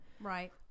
Right